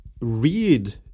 read